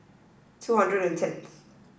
two hundred and tenth